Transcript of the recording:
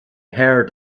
heard